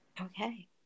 Okay